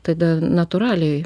tada natūraliai